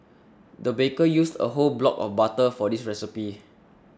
the baker used a whole block of butter for this recipe